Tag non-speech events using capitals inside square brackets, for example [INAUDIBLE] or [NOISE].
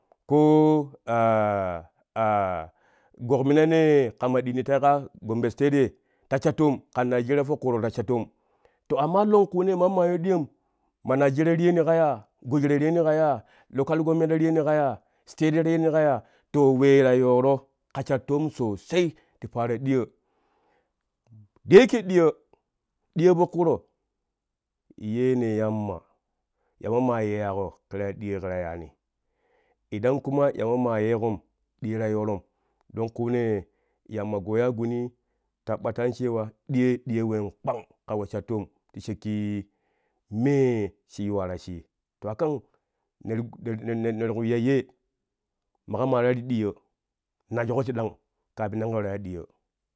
Ko [HESITATION] gokminanee ma ɗiin ti tai kaa gombe state ye ta sha toom kan nigeria po kuuro ta sha toom, to amma longkunee mamma yu ɗiyom ma nigeria ta riyene ka yaa? Goji ta riyeni ka yaa? Lokal gommen ta riyeni ka yaa? State ta riyeni ka yaa? To wee ta yooro ka sha toom sosai ti paaro ɗiyoo, da yake ɗiyoo, ɗiyoo po kuuro yeene yamma, yamma ma yiyaaƙo ke ta ya ɗiyoo ka yaani idan kuma yamma maa yeƙom diyooi ta yoorom longkunee yamma goya guni taɓɓatan cewa diyooi diyooi ween kpang ka we sha toom ti shakki mee shii yuwa ta shii to a kan ne ne ne ti ku ya yee maƙo ma ta ri diyoo najoƙo tidang kafin nan ken waraa ya ɗiyoo.